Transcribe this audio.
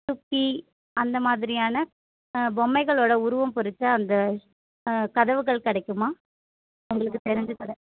சுக்கி அந்த மாதிரியான ஆ பொம்மைகளோடய உருவம் பொறித்த அந்த கதவுகள் கிடைக்குமா உங்களுக்கு தெரிஞ்ச கடை